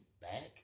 back